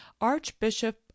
Archbishop